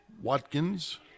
Watkins